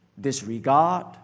disregard